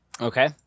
Okay